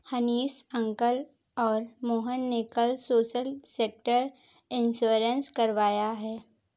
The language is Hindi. हनीश अंकल और मोहन ने कल सोशल सेक्टर इंश्योरेंस करवाया है